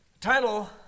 Title